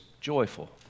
joyful